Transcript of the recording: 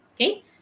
Okay